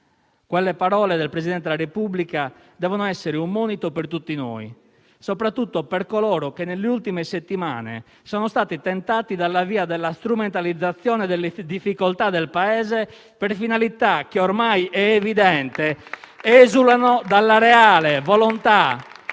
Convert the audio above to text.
Quelle parole del Presidente della Repubblica devono essere un monito per tutti noi, soprattutto per coloro che nelle ultime settimane sono stati tentati dalla via della strumentalizzazione delle difficoltà del Paese per finalità che - ormai è evidente - esulano dalla reale volontà